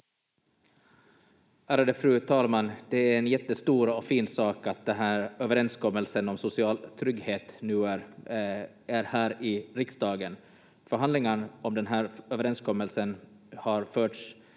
Ärade fru talman! Det är en jättestor och fin sak att den här överenskommelsen om social trygghet nu är här i riksdagen. Förhandlingar om den här överenskommelsen har förts